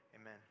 Amen